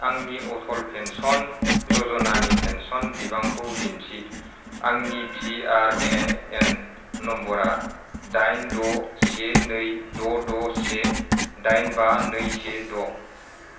आंनि अटल पेन्सन य'जनानि पेन्सन बिबांखौ दिन्थि आंनि पि आर ए एन नम्बरआ दाइन द' से नै द' द' से दाइन बा नै से द'